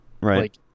Right